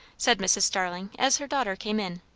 said mrs. starling as her daughter came in.